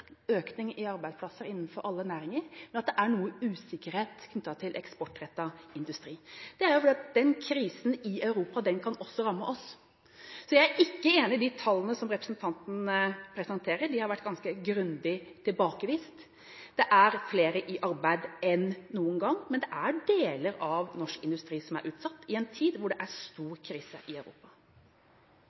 noe usikkerhet knyttet til eksportrettet industri. Det er jo fordi at den krisen som er i Europa, også kan ramme oss. Så jeg er ikke enig i de tallene som representanten presenterer. De har blitt ganske grundig tilbakevist. Det er flere i arbeid enn noen gang, men det er deler av norsk industri som er utsatt i en tid hvor det er stor krise i Europa.